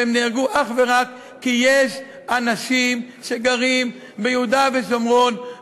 והם נהרגו אך ורק כי יש אנשים שגרים ביהודה ושומרון,